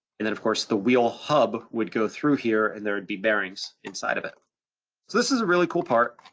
and then of course the wheel hub would go through here and there would be bearings inside of it. so this is a really cool part.